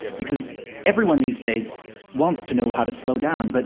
because everyone these days wants to know how to slow down, but